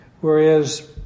Whereas